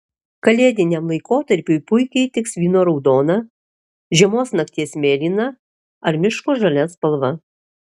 kalėdiniam laikotarpiui puikiai tiks vyno raudona žiemos nakties mėlyna ar miško žalia spalva